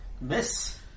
miss